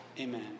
Amen